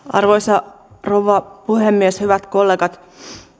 arvoisa rouva puhemies hyvät kollegat